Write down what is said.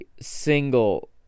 single